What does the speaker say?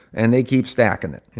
and they keep stacking it